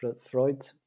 Freud